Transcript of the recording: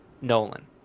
Nolan